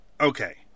okay